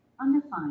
Undefined